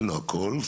לא הכול.